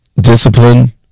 discipline